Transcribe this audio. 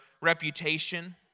reputation